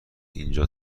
اینجا